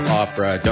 opera